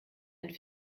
ein